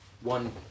one